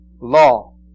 law